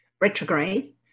retrograde